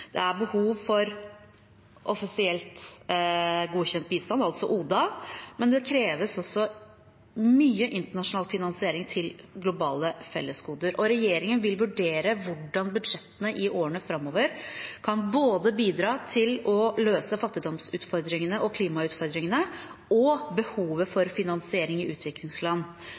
Det er behov for offisielt godkjent bistand, altså ODA, men det kreves også mye internasjonal finansiering til globale fellesgoder. Regjeringen vil vurdere hvordan budsjettene i årene framover både kan bidra til å løse fattigdomsutfordringene og klimautfordringene og behovet for finansiering i utviklingsland